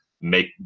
make